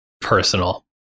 personal